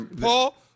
Paul